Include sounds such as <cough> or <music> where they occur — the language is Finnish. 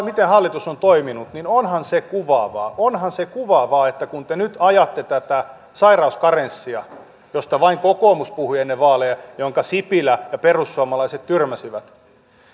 <unintelligible> miten hallitus on toiminut niin onhan se kuvaavaa onhan se kuvaavaa että kun te nyt ajatte tätä sairauskarenssia josta vain kokoomus puhui ennen vaaleja jonka sipilä ja perussuomalaiset tyrmäsivät